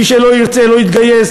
מי שלא ירצה לא יתגייס,